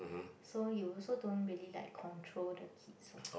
so you also don't really like control the kids what